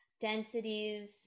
densities